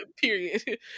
Period